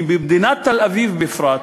כי במדינת תל-אביב בפרט,